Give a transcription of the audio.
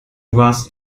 warst